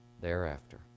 thereafter